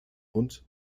und